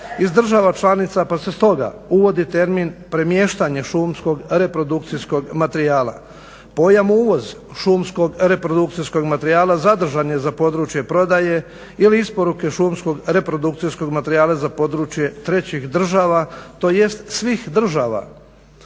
iz država članica. Pa se stoga uvodi termin premještanje šumskog reprodukcijskog materijala. Pojam uvoz šumskog reprodukcijskog materijala zadržan je za područje prodaje ili isporuke šumskog reprodukcijskog materijala za područje trećih država. Tj. svih država